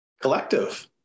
Collective